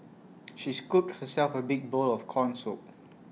she scooped herself A big bowl of Corn Soup